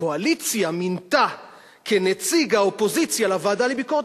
הקואליציה מינתה כנציג האופוזיציה לוועדה לביקורת